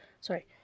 Sorry